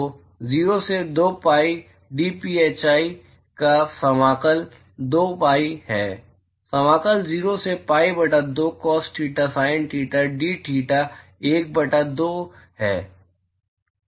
तो 0 से 2 pi dphi का समाकल 2 pi है समाकलन 0 से pi बटा 2 Cos theta sin theta dtheta 1 बटा 2 है कहाँ